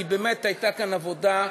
כי באמת הייתה כאן עבודה,